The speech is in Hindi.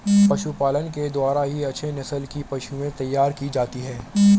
पशुपालन के द्वारा ही अच्छे नस्ल की पशुएं तैयार की जाती है